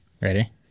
Ready